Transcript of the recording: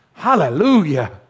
Hallelujah